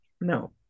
No